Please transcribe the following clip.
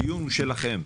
הדיון הוא שלכם.